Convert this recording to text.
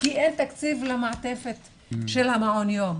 כי אין תקציב למעטפת של מעון היום,